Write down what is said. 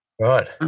Right